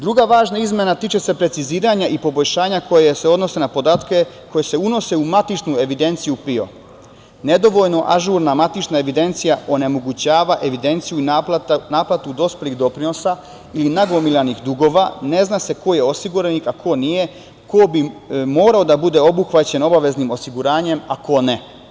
Druga važna izmena tiče se preciziranja i poboljšanja koje se odnose na podatke koje se unose u matičnu evidenciju PIO, nedovoljno ažurna matična evidencija onemogućava evidenciju i naplatu dospelih doprinosa ili nagomilanih dugova ne zna se ko je osiguranik, a ko nije, ko bi morao da bude obuhvaćen obaveznim osiguranjem, a ko ne.